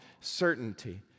certainty